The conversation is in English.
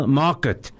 market